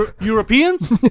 Europeans